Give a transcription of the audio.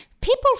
People